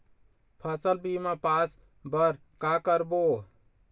फसल बीमा पास बर का करबो?